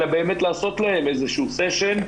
אלא באמת לעשות להם איזה שהוא סשן,